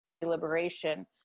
deliberation